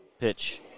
Pitch